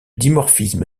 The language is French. dimorphisme